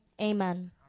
amen